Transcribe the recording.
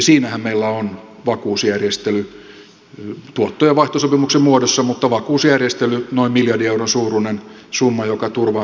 siinähän meillä on vakuusjärjestely tuotto ja vaihtosopimuksen muodossa mutta vakuusjärjestely noin miljardin euron suuruinen summa joka turvaa meidän saataviamme